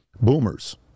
Boomers